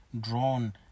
drawn